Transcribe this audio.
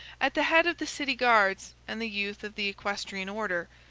at the head of the city-guards, and the youth of the equestrian order,